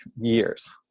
years